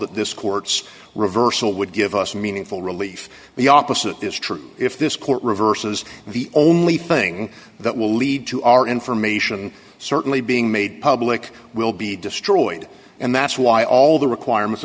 that this court's reversal would give us meaningful relief the opposite is true if this court reverses the only thing that will lead to our information certainly being made public will be destroyed and that's why all the requirements